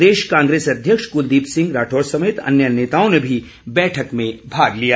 प्रदेश कांग्रेस अध्यक्ष कुलदीप सिंह राठौर समेत अन्य नेताओं ने भी बैठक में भाग लिया